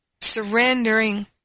surrendering